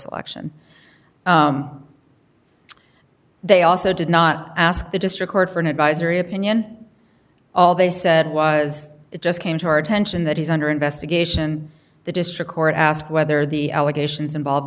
selection they also did not ask the district court for an advisory opinion all they said was it just came to our attention that is under investigation the district court asked whether the allegations involve